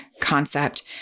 concept